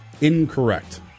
incorrect